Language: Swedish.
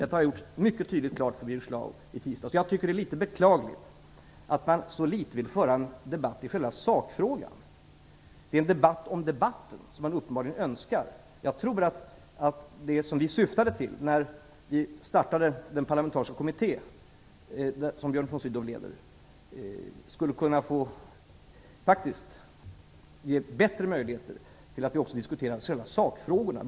Detta har jag gjort klart mycket tydligt för Birger Jag tycker att det är litet beklagligt att han så litet vill föra en debatt i själva sakfrågan. Det är en debatt om debatten som han uppenbarligen önskar. Det som vi syftade till när den parlamentariska kommitté som Björn von Sydow leder startade var att ge bättre möjligheter att diskutera själva sakfrågorna.